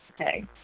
Okay